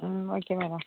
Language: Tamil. ம் ஓகே மேடம்